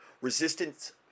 Resistance